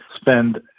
spend